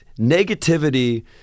negativity